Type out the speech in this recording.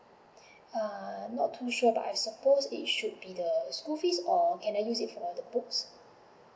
err not too sure but I suppose it should be the school fees or can I use it for the books